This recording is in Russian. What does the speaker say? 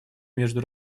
между